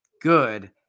good